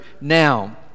now